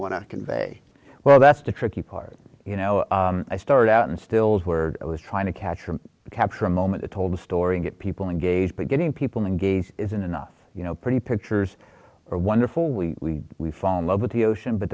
want to convey well that's the tricky part you know i start out in stills where i was trying to catch or capture a moment it told a story and get people engaged but getting people engaged isn't enough you know pretty pictures are wonderful we we fall in love with the ocean but